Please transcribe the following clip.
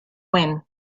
when